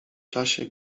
czasie